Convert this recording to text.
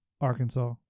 Arkansas